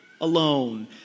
alone